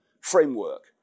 framework